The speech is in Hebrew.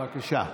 בבקשה.